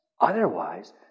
Otherwise